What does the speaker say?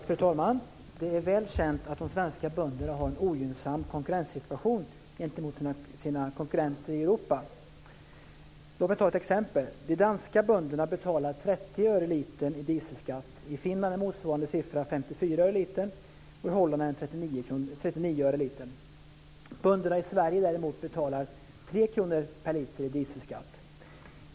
Fru talman! Det är väl känt att de svenska bönderna har en ogynnsam konkurrenssituation gentemot sina konkurrenter i Europa. Låt mig ta ett exempel: De danska bönderna betalar 30 öre per liter i dieselskatt. I Finland är motsvarande siffra 54 öre per liter och i Holland 39 öre per liter. Bönderna i Sverige däremot betalar 3 kr per liter i dieselskatt.